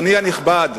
אדוני הנכבד,